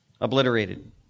Obliterated